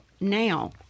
Now